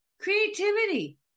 creativity